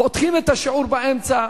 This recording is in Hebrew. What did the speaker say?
חותכים את השיעור באמצע,